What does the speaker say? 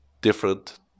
different